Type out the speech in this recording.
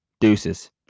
Deuces